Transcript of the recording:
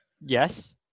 Yes